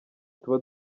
tuba